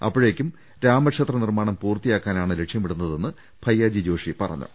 അപ്പോഴേക്കും രാമ ക്ഷേത്ര നിർമ്മാണം പൂർത്തിയാക്കാനാണ് ലക്ഷ്യമിടുന്നതെന്ന് ഭയ്യാജി ജോഷി പറഞ്ഞു